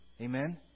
Amen